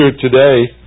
today